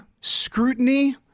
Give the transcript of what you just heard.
scrutiny